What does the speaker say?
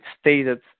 stated